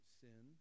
sin